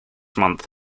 month